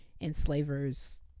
enslaver's